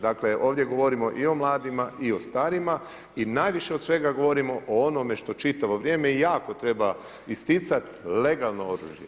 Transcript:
Dakle, ovdje govorimo i o mladima i o starijima i najviše od svega govorimo o onome što čitavo vrijeme i jako treba isticati legalno oružje.